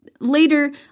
Later